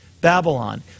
Babylon